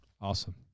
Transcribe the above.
Awesome